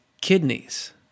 kidneys